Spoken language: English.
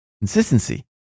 consistency